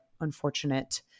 unfortunate